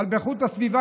אבל באיכות הסביבה,